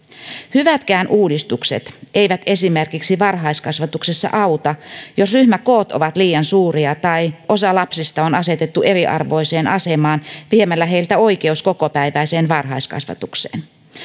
hyvätkään uudistukset eivät esimerkiksi varhaiskasvatuksessa auta jos ryhmäkoot ovat liian suuria tai osa lapsista on asetettu eriarvoiseen asemaan viemällä heiltä oikeus kokopäiväiseen varhaiskasvatukseen